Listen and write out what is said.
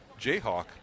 Jayhawk